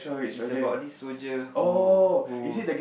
is about this soldier who who